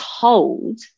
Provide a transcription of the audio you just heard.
told